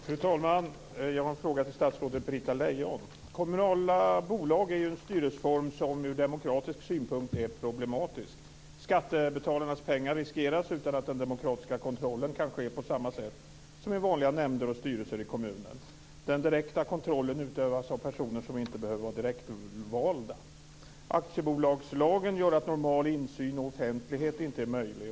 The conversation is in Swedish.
Fru talman! Jag har en fråga till statsrådet Britta Kommunala bolag är en styrelseform som ur demokratisk synpunkt är problematisk. Skattebetalarnas pengar riskeras utan att den demokratiska kontrollen kan ske på samma sätt som i vanliga nämnder och styrelser i kommunen. Den direkta kontrollen utövas av personer som inte behöver vara direktvalda. Aktiebolagslagen gör att normal insyn och offentlighet inte är möjlig.